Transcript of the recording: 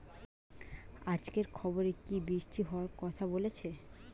আজকের খবরে কি বৃষ্টি হওয়ায় কথা বলেছে?